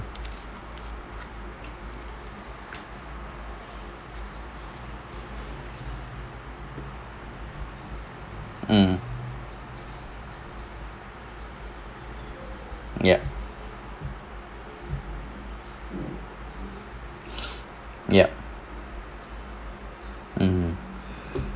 mm yup yup mm